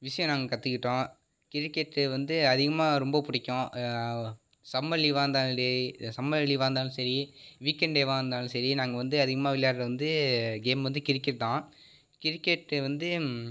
விஷயம் நாங்கள் கற்றுக்கிட்டோம் கிரிக்கெட்டு வந்து அதிகமாக ரொம்ப பிடிக்கும் சம்மர் லீவாக இருந்தாலும் லி சம்மர் லீவாக இருந்தாலும் சரி வீகெண்ட் டேவாக இருந்தாலும் சரி நாங்கள் வந்து அதிகமாக விளையாடுறது வந்து கேம் வந்து கிரிக்கெட் தான் கிரிக்கெட்டு வந்து